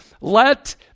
Let